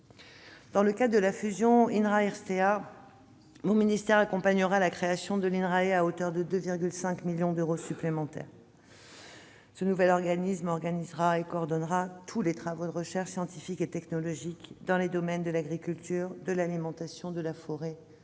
Dans le cadre de la fusion entre l'INRA et l'Irstea, mon ministère accompagnera la création de l'Inrae, grâce à une dotation de 2,5 millions d'euros supplémentaires. Ce nouvel organisme organisera et coordonnera tous les travaux de recherche scientifique et technologique dans les domaines de l'agriculture, de l'alimentation, de la forêt,